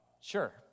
sure